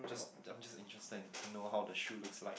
just I'm just interested in to know how the shoes look like